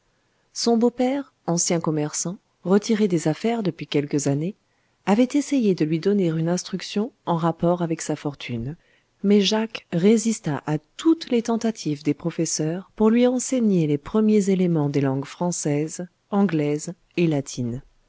son beau-père ancien commerçant retiré des affaires depuis quelques années avait essayé de lui donner une instruction en rapport avec sa fortune mais jacques résista à toutes les tentatives des professeurs pour lui enseigner les premiers éléments des langues française anglaise et latine